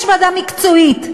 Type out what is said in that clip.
יש ועדה מקצועית,